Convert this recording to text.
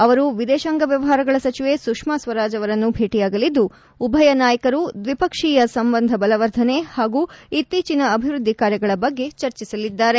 ಅವರು ವಿದೇಶಾಂಗ ವ್ಯವಹಾರಗಳ ಸಚಿವೆ ಸುಷ್ಮಾ ಸ್ವರಾಜ್ ಅವರನ್ನು ಭೇಟಿಯಾಗಲಿದ್ದು ಉಭಯ ನಾಯಕರು ದ್ವಿಪಕ್ಷೀಯ ಸಂಬಂಧ ಬಲವರ್ಧನೆ ಹಾಗೂ ಇತ್ತೀಚಿನ ಅಭಿವೃದ್ದಿ ಕಾರ್ಯಗಳ ಬಗ್ಗೆ ಚರ್ಚಿಸಲಿದ್ದಾರೆ